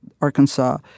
Arkansas